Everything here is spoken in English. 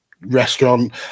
restaurant